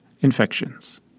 infections